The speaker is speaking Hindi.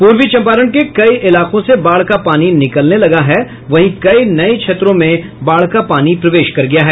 पूर्वी चम्पारण के कई इलाकों से बाढ़ का पानी निकलने लगा वहीं कई नये क्षेत्रों में बाढ़ का पानी प्रवेश कर गया है